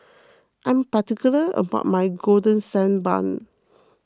I'm particular about my Golden Sand Bun